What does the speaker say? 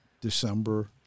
December